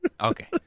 Okay